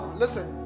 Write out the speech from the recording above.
listen